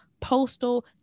postal